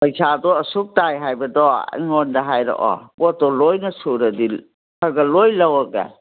ꯄꯩꯁꯥꯗꯣ ꯑꯁꯨꯛ ꯇꯥꯏ ꯍꯥꯏꯕꯗꯣ ꯑꯩꯉꯣꯟꯗ ꯍꯥꯏꯔꯛꯑꯣ ꯄꯣꯠꯇꯣ ꯂꯣꯏꯅ ꯁꯨꯔꯗꯤ ꯈꯔ ꯈꯔ ꯂꯣꯏ ꯂꯧꯔꯒꯦ